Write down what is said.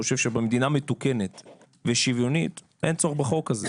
שבמדינה מתוקנת ושוויונית אין צורך בחוק הזה.